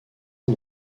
ans